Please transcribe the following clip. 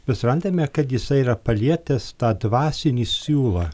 mes randame kad jisai yra palietęs tą dvasinį siūlą